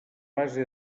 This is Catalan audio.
base